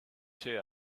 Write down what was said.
tae